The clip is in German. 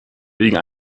wegen